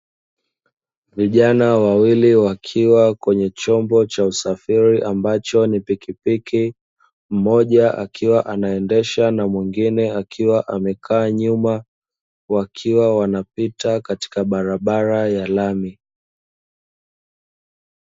Vijana wawili wakiwa kwenye chombo cha usafili ambacho ni pikipiki. Mmoja akiwa anaendesha na mwingine akiwa amekaa nyuma wakiwa wanapita katika barabara ya rami.